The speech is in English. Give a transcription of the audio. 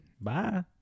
Bye